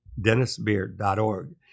DennisBeard.org